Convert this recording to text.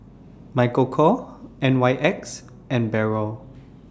Michael Kors N Y X and Barrel